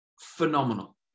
phenomenal